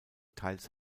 teils